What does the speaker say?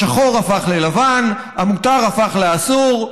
השחור הפך ללבן, המותר הפך לאסור.